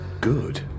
Good